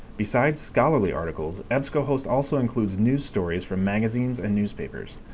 besides scholarly articles, ebsco host also includes news stories from magazines and newspapers.